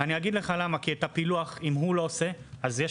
אני אגיד לך למה כי אם הוא לא עושה את